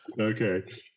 Okay